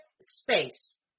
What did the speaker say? space